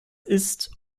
ist